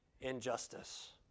injustice